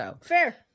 Fair